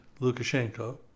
Lukashenko